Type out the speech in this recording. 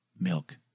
milk